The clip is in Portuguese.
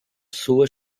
sua